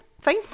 fine